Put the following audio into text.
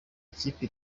ikipe